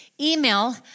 email